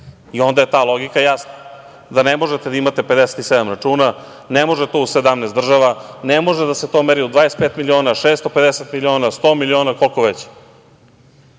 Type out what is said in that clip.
i onda je ta logika jasna - ne možete da imate 57 računa, ne može to u 17 država, ne može da se to meri u 25 miliona, 650 miliona, 100 miliona, koliko